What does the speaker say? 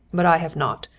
but i have not.